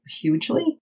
Hugely